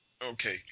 Okay